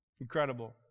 Incredible